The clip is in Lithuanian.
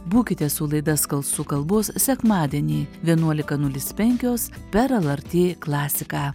būkite su laida skalsu kalbos sekmadienį vienuolika nulis penkios per lrt klasiką